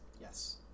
Yes